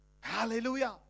hallelujah